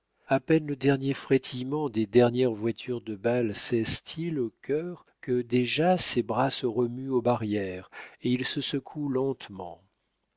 a peine le dernier frétillement des dernières voitures de bal cesse t il au cœur que déjà ses bras se remuent aux barrières et il se secoue lentement